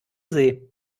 see